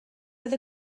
oedd